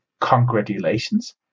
congratulations